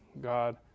God